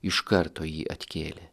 iš karto jį atkėlė